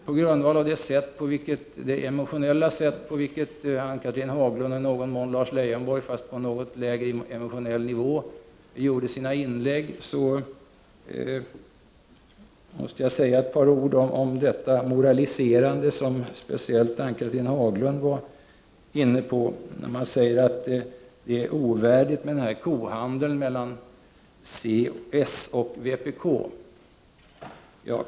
På grund av det emotionella sätt på vilket Ann-Cathrine Haglund — och i någon mån Lars Leijonborg, fast på något lägre emotionell nivå — gjorde sina inlägg, måste jag säga ett par ord om detta moraliserande som speciellt Ann Cathrine Haglund var inne på. Man säger att det är ovärdigt med kohandeln mellan socialdemokraterna och vpk.